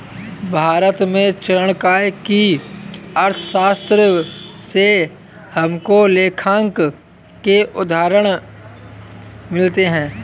भारत में चाणक्य की अर्थशास्त्र से हमको लेखांकन के उदाहरण मिलते हैं